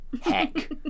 heck